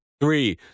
Three